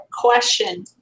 question